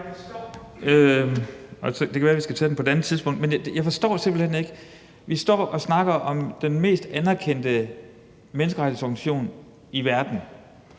Det kan være, at vi skal tage den på et andet tidspunkt, men jeg forstår det simpelt hen ikke. Vi står og snakker om den mest anerkendte menneskerettighedsorganisation i verden,